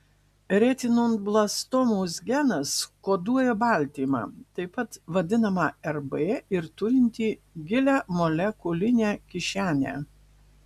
retinoblastomos genas koduoja baltymą taip pat vadinamą rb ir turintį gilią molekulinę kišenę